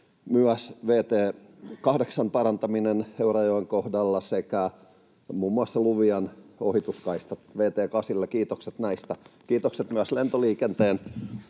Myös vt 8:n parantaminen Eurajoen kohdalla sekä muun muassa Luvian ohituskaista vt 8:lla — kiitokset näistä. Kiitokset myös lentoliikenteen